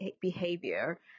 behavior